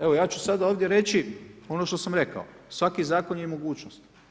evo ja ću sada ovdje reći ono što sam rekao, svaki zakon je mogućnost.